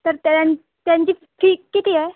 तर तयां त्यांची फी किती आहे